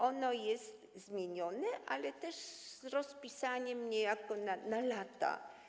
Ono jest zmienione, ale też rozpisane niejako na lata.